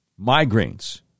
Migraines